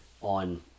on